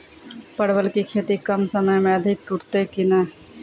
परवल की खेती कम समय मे अधिक टूटते की ने?